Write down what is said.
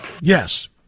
Yes